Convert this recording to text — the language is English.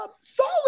solid